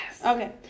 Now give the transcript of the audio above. okay